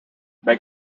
may